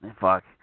Fuck